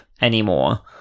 anymore